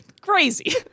Crazy